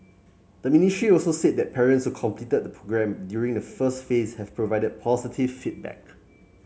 the ministry also said that parents completed the programme during the first phase have provided positive feedback